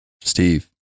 Steve